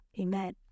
amen